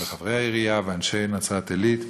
חברי העירייה ואנשי נצרת-עילית.